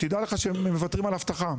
דע לך שהם מוותרים על אבטחה,